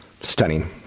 Stunning